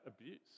abuse